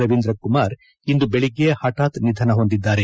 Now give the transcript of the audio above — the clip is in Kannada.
ರವೀಂದ್ರ ಕುಮಾರ್ ಇಂದು ಬೆಳಗ್ಗೆ ಪಠಾತ್ ನಿಧನ ಹೊಂದಿದ್ದಾರೆ